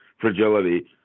Fragility